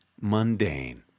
mundane